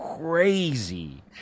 crazy